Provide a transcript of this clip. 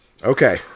Okay